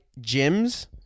gyms